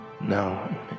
No